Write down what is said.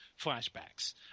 flashbacks